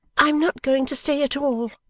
i'm not going to stay at all